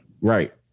Right